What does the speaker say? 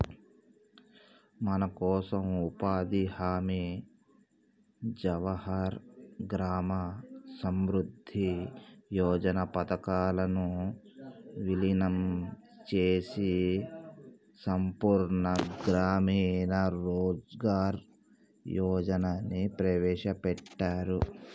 మనకోసం ఉపాధి హామీ జవహర్ గ్రామ సమృద్ధి యోజన పథకాలను వీలినం చేసి సంపూర్ణ గ్రామీణ రోజ్గార్ యోజనని ప్రవేశపెట్టారు